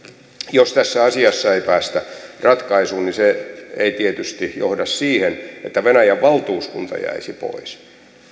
jos tässä asiassa ei päästä ratkaisuun niin se ei tietysti johda siihen että venäjän valtuuskunta jäisi pois